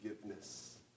forgiveness